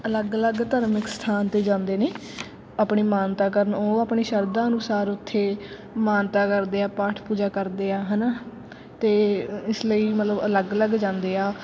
ਅਲੱਗ ਅਲੱਗ ਧਰਮਿਕ ਸਥਾਨ 'ਤੇ ਜਾਂਦੇ ਨੇ ਆਪਣੀ ਮਾਨਤਾ ਕਰਨ ਉਹ ਆਪਣੀ ਸ਼ਰਧਾ ਅਨੁਸਾਰ ਉੱਥੇ ਮਾਨਤਾ ਕਰਦੇ ਆ ਪਾਠ ਪੂਜਾ ਕਰਦੇ ਆ ਹੈ ਨਾ ਅਤੇ ਇਸ ਲਈ ਮਤਲਬ ਅਲੱਗ ਅਲੱਗ ਜਾਂਦੇ ਆ